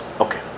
Okay